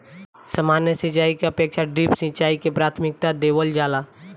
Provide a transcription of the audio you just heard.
सामान्य सिंचाई के अपेक्षा ड्रिप सिंचाई के प्राथमिकता देवल जाला